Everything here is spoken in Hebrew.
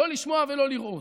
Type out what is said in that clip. לא לשמוע ולא לראות.